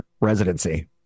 residency